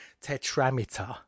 tetrameter